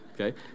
Okay